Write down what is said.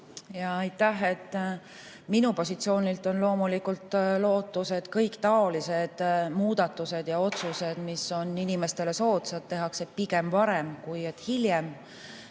Aitäh! Minu positsioonilt on loomulikult lootus, et kõik taolised muudatused ja otsused, mis on inimestele soodsad, tehakse pigem varem kui hiljem.